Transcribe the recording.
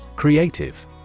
Creative